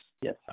Yes